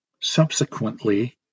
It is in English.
Subsequently